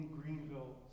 Greenville